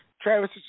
Travis